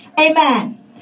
Amen